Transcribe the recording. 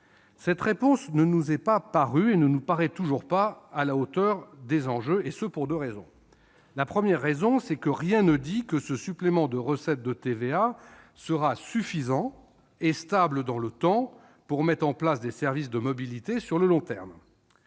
Cette réponse ne nous a pas paru et ne nous paraît toujours pas à la hauteur des enjeux, et ce pour deux raisons. La première raison, c'est que rien ne dit que ce supplément de recettes de TVA sera suffisant- et suffisamment stable dans le temps -pour financer la mise en place de services de mobilités sur le long terme.